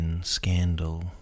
scandal